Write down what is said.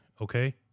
okay